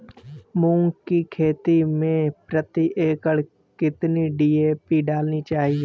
मूंग की खेती में प्रति एकड़ कितनी डी.ए.पी डालनी चाहिए?